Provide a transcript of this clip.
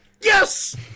Yes